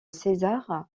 césar